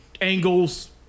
angles